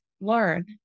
learn